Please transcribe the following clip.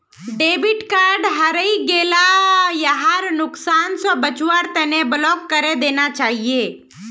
debit card हरई गेला यहार नुकसान स बचवार तना ब्लॉक करे देना चाहिए